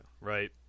right